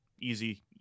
Easy